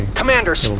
commanders